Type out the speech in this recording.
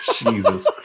Jesus